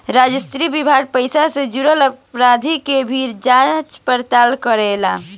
राजस्व विभाग पइसा से जुरल अपराध के भी जांच पड़ताल करेला